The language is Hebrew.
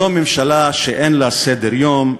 זו ממשלה שאין לה סדר-יום,